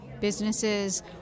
businesses